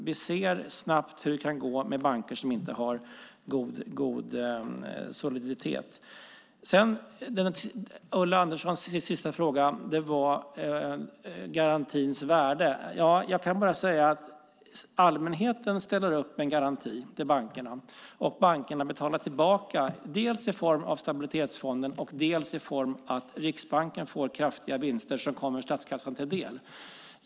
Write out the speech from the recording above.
Vi ser snabbt hur det kan gå med banker som inte har god soliditet. Ulla Anderssons sista fråga handlade om garantins värde. Jag kan bara säga att allmänheten ställer upp med en garanti till bankerna, och bankerna betalar tillbaka, dels i form av stabilitetsfonden, dels i form av att Riksbanken får kraftiga vinster som kommer statskassan till del.